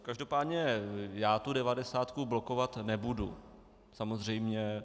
Každopádně já tu devadesátku blokovat nebudu, samozřejmě.